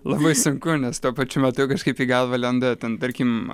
labai sunku nes tuo pačiu metu kažkaip į galvą lenda ten tarkim